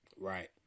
Right